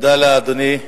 תודה לאדוני.